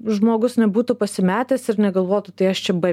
žmogus nebūtų pasimetęs ir negalvotų tai aš čia b